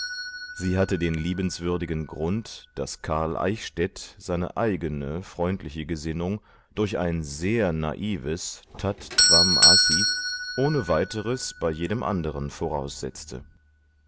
sie hatte den liebenswürdigen grund daß karl eichstädt seine eigene freundliche gesinnung durch ein sehr naives tat tvam asi tat tvam asi das bist du das große wort der inder die wesentliche identität aller lebewesen aussprechend ohne weiteres bei jedem anderen voraussetzte